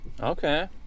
Okay